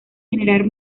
generar